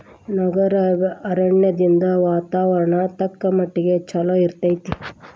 ನಗರ ಅರಣ್ಯದಿಂದ ವಾತಾವರಣ ತಕ್ಕಮಟ್ಟಿಗೆ ಚಲೋ ಇರ್ತೈತಿ